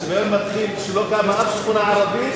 השוויון מתחיל בזה שלא קמה אף שכונה ערבית